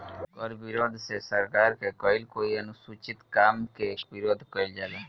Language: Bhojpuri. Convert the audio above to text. कर प्रतिरोध से सरकार के कईल कोई अनुचित काम के विरोध कईल जाला